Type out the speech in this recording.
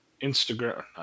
Instagram